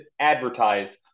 advertise